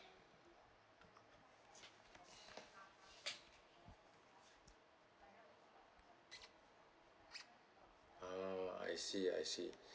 uh I see I see